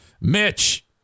Mitch